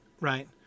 right